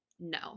No